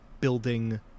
building